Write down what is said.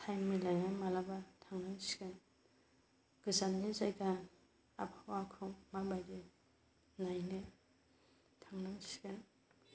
time मिलायना माब्लाबा थांनांसिगोन गोजाननि जायगा आबहावाखौ माबायदि नायनो थांनांसिगोन